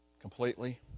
completely